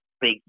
big